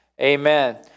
Amen